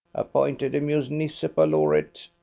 appointed a municipalaureat,